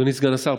אדוני סגן השר,